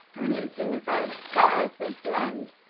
broods in the very sky of this land.